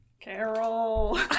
Carol